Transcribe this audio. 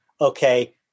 okay